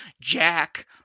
Jack